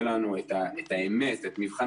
מוכנות,